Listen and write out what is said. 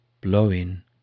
blowing